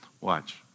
Watch